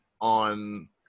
on